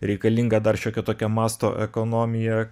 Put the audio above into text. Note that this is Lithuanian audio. reikalinga dar šiokia tokia mąsto ekonomija